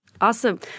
Awesome